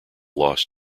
lost